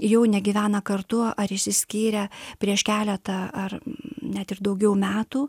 jau negyvena kartu ar išsiskyrę prieš keletą ar net ir daugiau metų